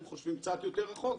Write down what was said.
הם חושבים קצת יותר רחוק,